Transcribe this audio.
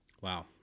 Wow